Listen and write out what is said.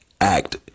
act